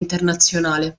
internazionale